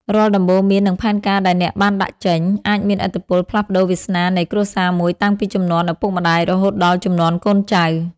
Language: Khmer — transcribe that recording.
រាល់ដំបូន្មាន និងផែនការដែលអ្នកបានដាក់ចេញ អាចមានឥទ្ធិពលផ្លាស់ប្តូរវាសនានៃគ្រួសារមួយតាំងពីជំនាន់ឪពុកម្ដាយរហូតដល់ជំនាន់កូនចៅ។